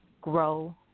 Grow